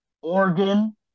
Oregon